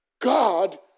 God